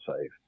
safe